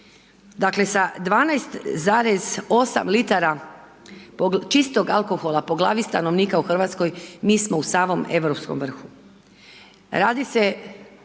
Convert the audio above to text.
Dakle sa 12,8 litara čistog alkohola po glavi stanovnika u Hrvatskoj mi smo u samom europskom vrhu.